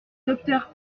docteur